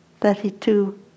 thirty-two